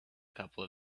couple